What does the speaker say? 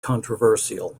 controversial